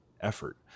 effort